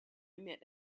met